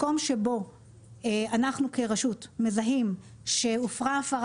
מקום שבו אנחנו כרשות מזהים שהופרה הפרה